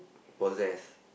possess